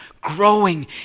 growing